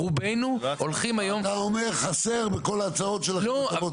רובנו הולכים היום --- אתה אומר שחסר בכל ההצעות שלנו הטבות מס,